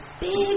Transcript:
big